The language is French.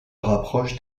rapproche